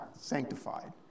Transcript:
sanctified